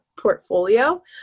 portfolio